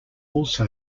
also